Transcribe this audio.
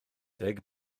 deg